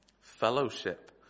Fellowship